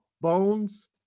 Bones